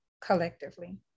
collectively